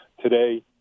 Today